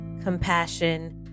compassion